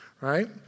Right